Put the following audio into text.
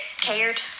cared